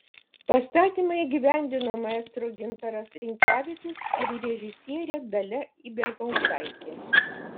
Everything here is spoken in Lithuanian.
pastatymą įgyvendino maestro gintaras rinkevičius ir režisierė dalia ibelhauptaitė